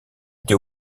été